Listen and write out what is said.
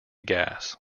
gas